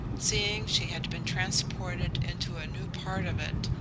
seeing she had been transported into a new part of it,